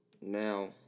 now